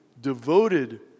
devoted